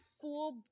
full